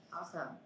Awesome